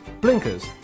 blinkers